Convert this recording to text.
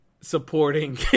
supporting